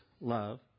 Love